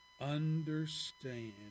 understand